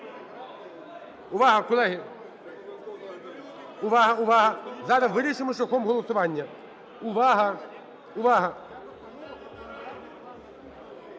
Увага, колеги, увага, увага! Зараз вирішимо шляхом голосування. Увага,